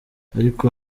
ariko